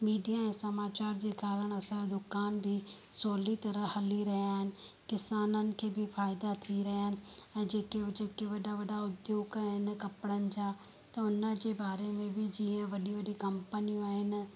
media ऐं समाचार जे कारणि असांजो दुकान बि सहुली तरह हली रहिया आहिनि किसाननि खे बि फ़ाइदा थी रहिया आहिनि ऐं जेके हुओ जेके वॾा वॾा उद्योग आहिनि कपिड़नि जा त हुन जे बारे में बि जीअं वॾी वॾी कंपनियूं आहिनि